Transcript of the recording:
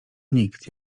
nikt